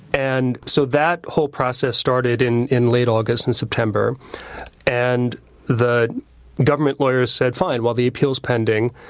and so that whole process started in in late august and september and the government lawyers said, fine, while the appeal is pending,